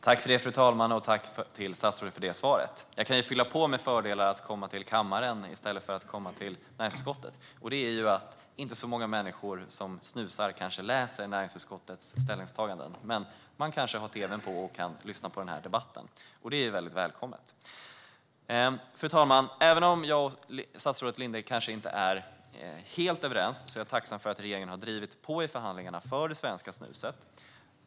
Fru ålderspresident! Tack, statsrådet, för svaret! Jag kan fylla på med fördelarna med att komma till kammaren i stället för till näringsutskottet: Inte så många människor som snusar läser kanske näringsutskottets ställningstagande, men man kanske har tv:n på och kan lyssna på den här debatten. Det är väldigt välkommet. Fru ålderspresident! Även om jag och statsrådet Linde kanske inte är helt överens är jag tacksam för att regeringen i förhandlingarna har drivit på för det svenska snuset.